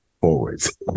forwards